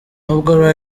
nubwo